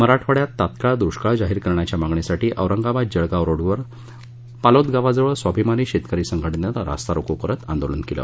मराठवाङ्यात तात्काळ दुष्काळ जाहीर करण्याच्या मागणीसाठी औरंगाबाद जळगाव रोडवर पालोद गावाजवळ स्वाभिमानी शेतकरी संघटनेनं रास्तारोको करत आंदोलन केलं